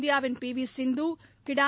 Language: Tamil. இந்தியாவின் பி வி சிந்து கே